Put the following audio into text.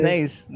Nice